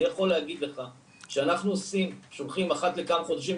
אני יכול להגיד לך שאנחנו שולחים אחת לכמה חודשים,